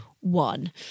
one